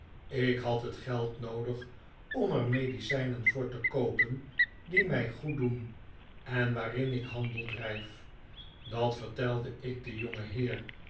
ik had het geld noodig om er medicynen voor te koorjen die my goed doen en waarin ik handel dryf dat vertelde ik den